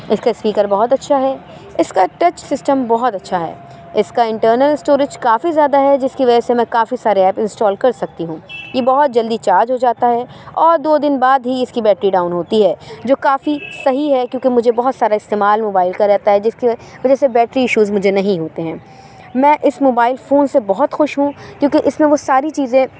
اس کا اسپیکر بہت اچھا ہے اس کا ٹچ سسٹم بہت اچھا ہے اس کا انٹرنل اسٹوریج کافی زیادہ ہے جس کی وجہ سے میں کافی سارے ایپ انسٹال کر سکتی ہوں یہ بہت جلدی چارج ہو جاتا ہے اور دو دن بعد ہی اس کی بیٹری ڈاؤن ہوتی ہے جو کافی سہی ہے کیوں کہ مجھے بہت سارا استعمال موبائل کا رہتا ہے جس کی و وجہ سے بیٹری ایشوز مجھے نہیں ہوتے ہیں میں اس موبائل فون سے بہت خوش ہوں کیوں کہ اس میں وہ ساری چیزیں